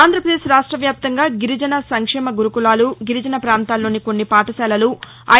ఆంధ్రపదేశ్ రాష్ట వ్యాప్తంగా గిరిజన సంక్షేమ గురుకులాలు గిరిజన పాంతాలలోని కొన్ని పాఠశాలలు ఐ